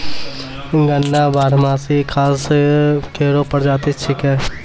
गन्ना बारहमासी घास केरो प्रजाति छिकै